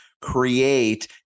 create